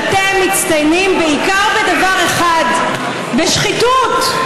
שאתם מצטיינים בעיקר בדבר אחד: בשחיתות.